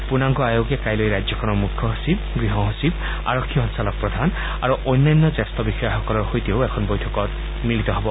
পূৰ্ণাংগ আয়োগে কাইলৈ ৰাজ্যখনৰ মুখ্য সচিব গৃহ সচিব আৰক্ষী সঞ্চালকপ্ৰধান আৰু অন্যান্য জ্যেষ্ঠ বিষয়াসকলৰ সৈতেও এখন বৈঠকত মিলিত হ'ব